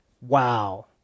Wow